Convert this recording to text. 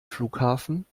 flughafen